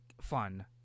fun